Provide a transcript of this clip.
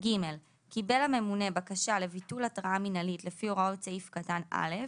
קיבל הממונה בקשה לביטול התראה מינהלית לפי הוראות סעיף קטן (א),